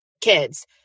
kids